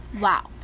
Wow